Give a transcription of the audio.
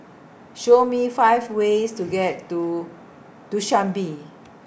Show Me five ways to get to Dushanbe